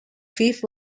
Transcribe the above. fifth